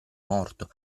morto